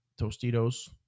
Tostitos